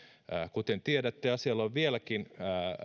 kuten tiedätte asialla on vieläkin